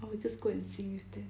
I will just go and sing with them